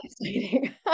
exciting